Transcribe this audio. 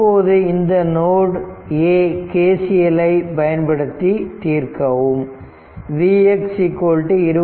இப்போது இந்த node A KCL ஐ பயன்படுத்தி தீர்க்கவும்Vx 25